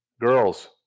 girls